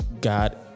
god